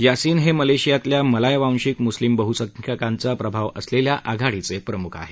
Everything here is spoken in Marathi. यासिन हे मलेशियातल्या मलाय वांशिक मुस्लीम बह्संख्यकांचा प्रभाव असलेल्या आघाडीचे प्रमुख आहेत